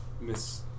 Miss